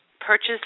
Purchase